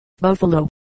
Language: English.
Buffalo